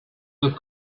with